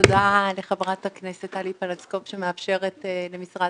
תודה לחברת הכנסת טלי פלוסקוב שמאפשרת למשרד